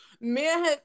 man